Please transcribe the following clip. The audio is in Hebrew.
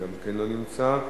גם כן לא נמצא.